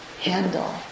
handle